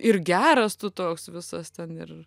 ir geras tu toks visas ten ir